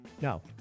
No